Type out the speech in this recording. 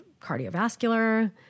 cardiovascular